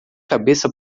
cabeça